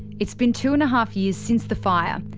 it's been two and a half years since the fire,